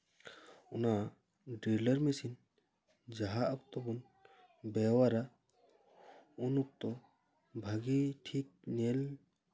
ᱚᱱᱟ driller machine ᱡᱟᱦᱟᱸ ᱚᱠᱛᱚ ᱵᱚᱱ ᱵᱮᱵᱚᱦᱟᱨᱟ ᱩᱱ ᱚᱠᱛᱚ ᱵᱷᱟᱜᱮ ᱴᱷᱤᱠ ᱧᱮᱞ